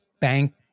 bank